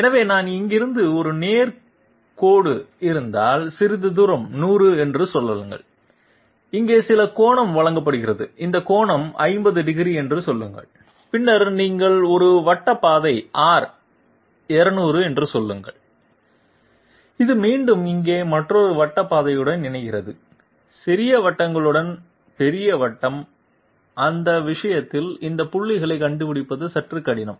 எனவே நான் இங்கிருந்து ஒரு நேர் கோடு இருந்தால் சிறிது தூரம் 100 என்று சொல்லுங்கள் இங்கே சில கோணம் வழங்கப்படுகிறது இந்த கோணம் 50º என்று சொல்லுங்கள் பின்னர் நீங்கள் ஒரு வட்ட பாதை R 200 என்று சொல்கிறீர்கள் இது மீண்டும் இங்கே மற்றொரு வட்ட பாதையுடன் இணைகிறது சிறிய வட்டங்களுடன் பெரிய வட்டம் அந்த விஷயத்தில் இந்த புள்ளிகளைக் கண்டுபிடிப்பது சற்று கடினம்